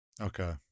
Okay